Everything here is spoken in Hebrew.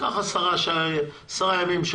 קח שבוע עד 10 ימים,